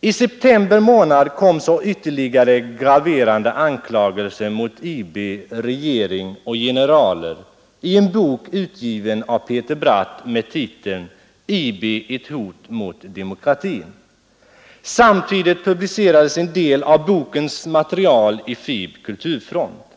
I september kom så ytterligare graverande anklagelser mot IB, regering och generaler i en bok utgiven av Peter Bratt med titeln ”IB ett hot mot demokratin”. Samtidigt publicerades en del av bokens material i FiB/Kulturfront.